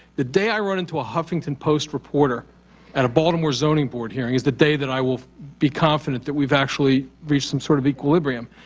the day i run into a huffington post reporter at a baltimore zoning board hearing is the day that i will be confident that we've actually reached some sort of equilibrium.